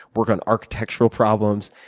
work on architectural problems,